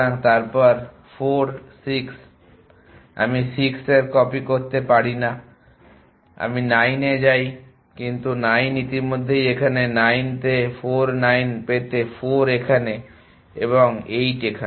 এবং তারপর 4 6 আমি 6 এর কপি করতে পারি না আমি 9 এ যাই কিন্তু 9 ইতিমধ্যেই এখানে 9 তে 4 9 পেতে 4 এখানে এবং 8 এখানে